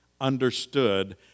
understood